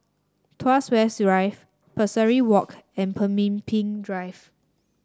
Tuas West Drive Pesari Walk and Pemimpin Drive